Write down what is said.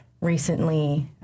recently